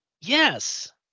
Yes